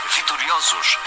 Vitoriosos